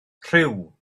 rhyw